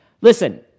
Listen